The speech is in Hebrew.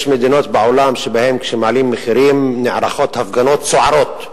יש מדינות בעולם שבהן כשמעלים מחירים נערכות הפגנות סוערות ברחובות,